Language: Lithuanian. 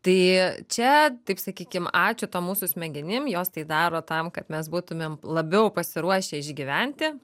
tai čia taip sakykim ačiū tom mūsų smegenim jos tai daro tam kad mes būtumėm labiau pasiruošę išgyventi